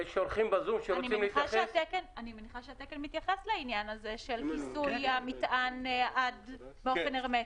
אני מניחה שהתקן מתייחס לעניין הזה של כיסוי המטען באופן הרמטי.